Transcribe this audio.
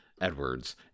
Edwards